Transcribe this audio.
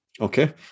Okay